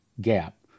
Gap